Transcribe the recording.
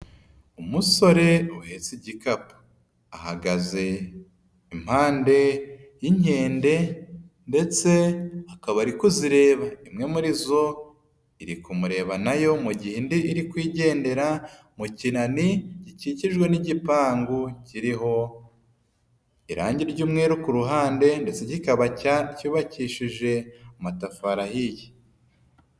Umusore uhesa igikapu, ahagaze impande y'inkende, ndetse akaba ari ko zireba, imwe muri zo iri kumureba nayo, mu gihe indi irikwigendera mu kinani gikikijwe n'igipangu kiri irangi ry'umweru ku ruhande, ndetse kikaba cyanyubakishije amatafari ahiye.